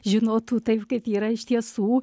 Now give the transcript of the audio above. žinotų taip kaip yra iš tiesų